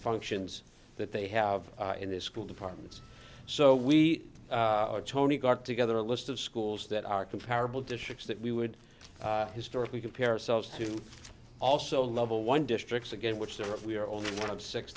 functions that they have in their school departments so we tony got together a list of schools that are comparable districts that we would historically compare ourselves to also level one districts again which there are we are only one of six